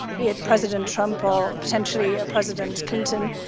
be it president trump or potentially a president clinton,